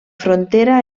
frontera